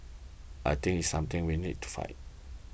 I think this is something we need to fight